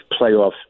playoffs